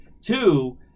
Two